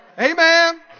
Amen